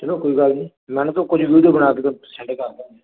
ਚਲੋ ਕੋਈ ਗੱਲ ਨਹੀਂ ਮੈਨੂੰ ਤਾਂ ਕੁਝ ਵੀਡੀਓ ਬਣਾ ਕੇ ਸੈਂਡ ਕਰਦਾ